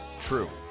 True